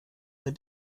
der